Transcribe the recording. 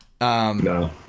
No